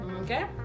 Okay